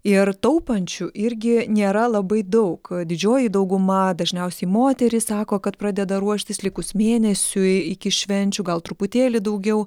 ir taupančių irgi nėra labai daug didžioji dauguma dažniausiai moterys sako kad pradeda ruoštis likus mėnesiui iki švenčių gal truputėlį daugiau